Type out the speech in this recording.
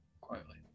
quietly